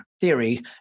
theory